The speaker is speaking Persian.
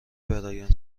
برایان